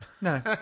No